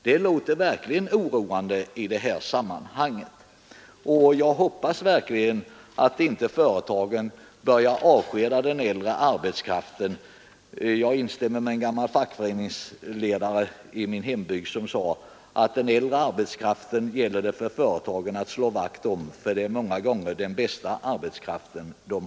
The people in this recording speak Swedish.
Det låter synnerligen oroande i detta sammanhang, och jag hoppas verkligen att företagen inte börjar avskeda den äldre arbetskraften. Jag instämmer med en gammal fackföreningsledare i min hembygd som sade att den äldre arbetskraften gäller det för företagen att slå vakt om, för det är många gånger den bästa arbetskraften.